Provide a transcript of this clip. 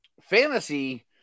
Fantasy